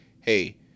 Hey